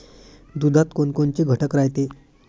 दुधात कोनकोनचे घटक रायते?